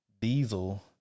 Diesel